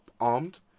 armed